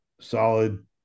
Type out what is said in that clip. solid